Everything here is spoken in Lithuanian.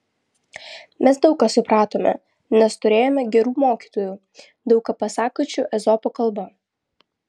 mes daug ką supratome nes turėjome gerų mokytojų daug ką pasakančių ezopo kalba